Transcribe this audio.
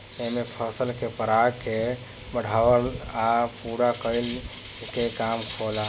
एमे फसल के पराग के बढ़ावला आ पूरा कईला के काम होला